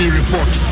report